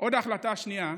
החלטה שנייה,